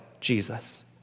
Jesus